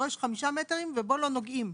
דורש חמישה מטרים ובו ולא נוגעים,